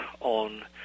on